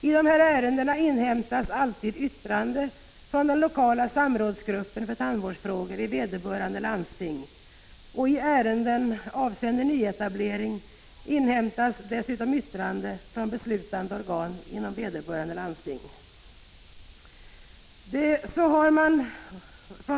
I dessa ärenden inhämtas alltid yttrande från den lokala samrådsgruppen för tandvårdsfrågor i vederbörande landsting. I ärenden avseende nyetablering inhämtas dessutom yttrande från beslutande organ inom vederbörande landsting.